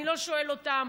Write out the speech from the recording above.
אני לא שואל אותם,